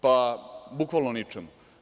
Pa, bukvalno ničemu.